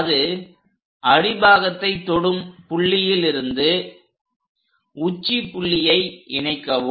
அது அடிப்பாகத்தை தொடும் புள்ளியில் இருந்து உச்சி புள்ளியை இணைக்கவும்